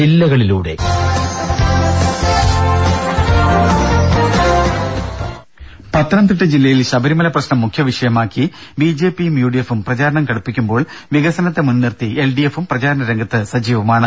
ദര പത്തനംതിട്ടയിൽ ശബരിമല പ്രശ്നം മുഖ്യവിഷയമാക്കി ബിജെപിയും യുഡിഎഫും പ്രചാരണം കടുപ്പിക്കുമ്പോൾ വികസനത്തെ മുൻനിർത്തി എൽഡിഎഫും പ്രചാരണരംഗത്ത് സജീവമാണ്